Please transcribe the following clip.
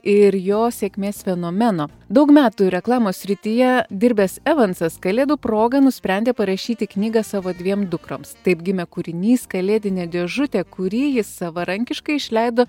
ir jo sėkmės fenomeno daug metų reklamos srityje dirbęs evansas kalėdų proga nusprendė parašyti knygą savo dviem dukroms taip gimė kūrinys kalėdinė dėžutė kurį jis savarankiškai išleido